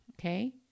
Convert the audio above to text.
Okay